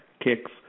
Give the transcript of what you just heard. kicks